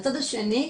מהצד השני,